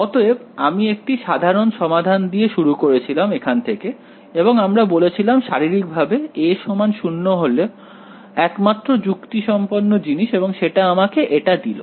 অতএব আমি একটি সাধারণ সমাধান দিয়ে শুরু করেছিলাম এখান থেকে এবং আমরা বলেছিলাম শারীরিকভাবে a সমান 0 হলো একমাত্র যুক্তিসম্পন্ন জিনিস এবং সেটা আমাকে এটা দিল